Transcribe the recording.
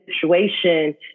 situation